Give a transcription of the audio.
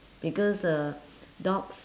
because uh dogs